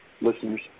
listeners